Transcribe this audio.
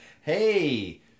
hey